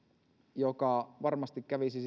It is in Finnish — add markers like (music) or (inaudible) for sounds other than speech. joka varmasti kävisi (unintelligible)